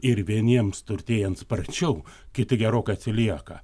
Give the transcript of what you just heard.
ir vieniems turtėjant sparčiau kiti gerokai atsilieka